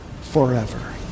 forever